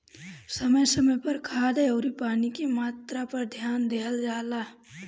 समय समय पर खाद अउरी पानी के मात्रा पर ध्यान देहल जला